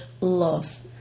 love